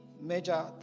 major